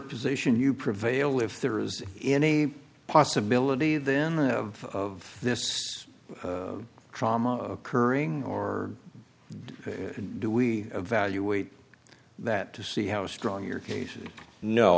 position you prevail if there is any possibility then of this trauma occurring or do we evaluate that to see how strong your case